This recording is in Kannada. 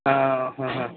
ಹಾಂ ಹಾಂ ಹಾಂ